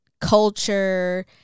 culture